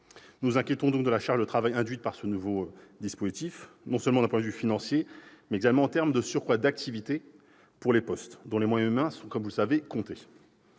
nous inquiétons de la charge induite par ce nouveau dispositif, non seulement d'un point de vue financier, mais aussi en matière de surcroît d'activité pour nos postes, dont les moyens humains sont, vous le savez, comptés.